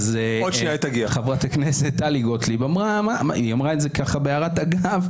חברת הכנסת גוטליב אמרה בהערת אגב.